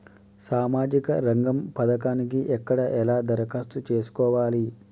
సామాజిక రంగం పథకానికి ఎక్కడ ఎలా దరఖాస్తు చేసుకోవాలి?